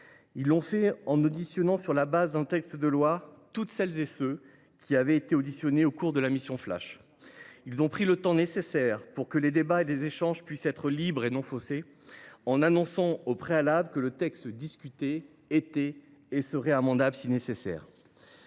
Ils l’ont fait en auditionnant toutes celles et tous ceux qui avaient été entendus au cours de ladite mission. Ils ont pris le temps nécessaire pour que les débats et les échanges puissent être libres et non faussés, en annonçant au préalable que le texte discuté serait amendable, si nécessaire.